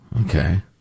okay